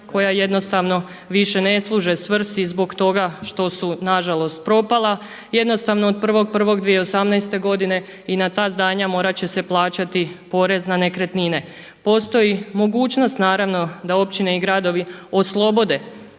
koja jednostavno više ne služe svrsi zbog toga što su nažalost propala, jednostavno od 1.1.2018. godine i na ta zdanja morat će se plaćati porez na nekretnine. Postoji mogućnost naravno da općine i gradovi oslobode